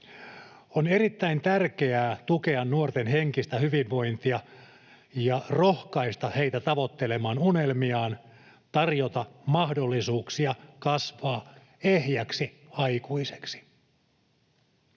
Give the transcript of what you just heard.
On erittäin tärkeää tukea nuorten henkistä hyvinvointia ja rohkaista heitä tavoittelemaan unelmiaan, tarjota mahdollisuuksia kasvaa ehjäksi aikuiseksi.